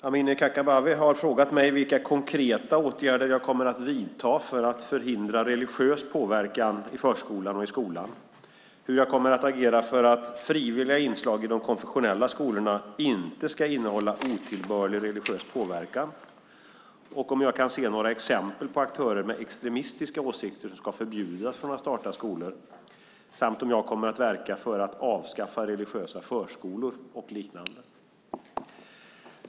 Amineh Kakabaveh har frågat mig vilka konkreta åtgärder jag kommer att vidta för att förhindra religiös påverkan i förskolan och i skolan, hur jag kommer att agera för att frivilliga inslag i de konfessionella skolorna inte ska innehålla otillbörlig religiös påverkan, om jag kan ge några exempel på aktörer med extremistiska åsikter som ska förbjudas från att starta skolor samt om jag kommer att verka för att avskaffa religiösa förskolor och liknande.